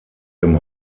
dem